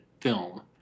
film